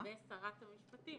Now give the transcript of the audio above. ושרת המשפטים